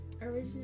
originally